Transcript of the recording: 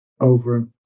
over